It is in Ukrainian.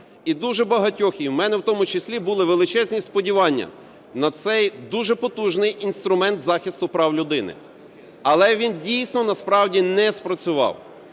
І дуже в багатьох є, і в мене в тому числі, були величезні сподівання на цей дуже потужний інструмент захисту прав людини, але він дійсно насправді не спрацював.